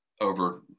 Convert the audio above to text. over